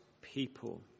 people